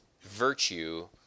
virtue